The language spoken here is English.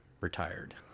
retired